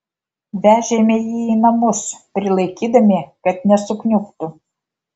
vežėme jį į namus prilaikydami kad nesukniubtų